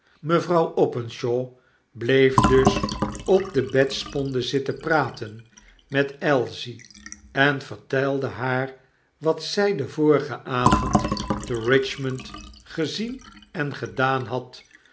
mevrouw openshaw bleef dus op de bedsponde zitten praten met ailsie en vertelde haar wat zy den vorigen avond te richmond gezien en gedaan had